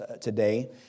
today